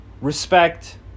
respect